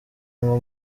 ngo